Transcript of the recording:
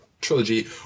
trilogy